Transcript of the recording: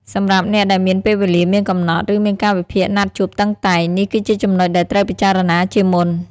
សម្រាប់អ្នកដែលមានពេលវេលាមានកំណត់ ឬមានកាលវិភាគណាត់ជួបតឹងតែង នេះគឺជាចំណុចដែលត្រូវពិចារណាជាមុន។